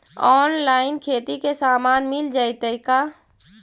Online खेती के सामान मिल जैतै का?